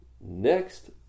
next